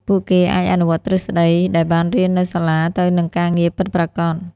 ពួកគេអាចអនុវត្តទ្រឹស្តីដែលបានរៀននៅសាលាទៅនឹងការងារពិតប្រាកដ។